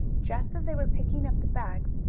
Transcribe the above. just as they were picking up the bags,